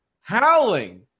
Howling